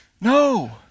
no